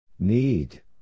Need